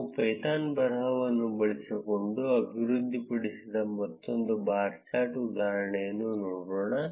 ನಾವು ಪೈಥಾನ್ ಬರಹವನ್ನು ಬಳಸಿಕೊಂಡು ಅಭಿವೃದ್ಧಿಪಡಿಸಿದ ಮತ್ತೊಂದು ಬಾರ್ ಚಾರ್ಟ್ ಉದಾಹರಣೆಯನ್ನು ನೋಡೋಣ